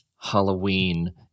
Halloween